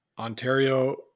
Ontario